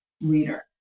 reader